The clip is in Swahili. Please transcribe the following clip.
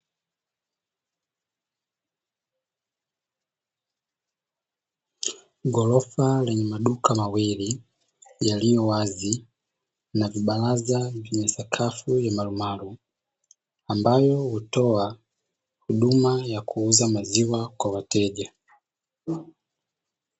Ghorofa lenye maduka mawili yaliyo wazi na vibaraza vinye sakafu ya marumaru, ambayo hutoa huduma ya kuuza maziwa kwa wateja.